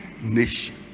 nation